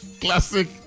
classic